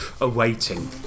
awaiting